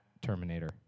Terminator